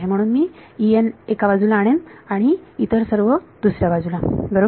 म्हणून मी एका बाजूला आणेन आणि इतर सर्व दुसऱ्या बाजूला बरोबर